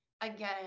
again